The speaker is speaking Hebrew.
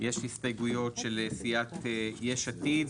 יש הסתייגויות של סיעת יש עתיד,